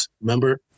Remember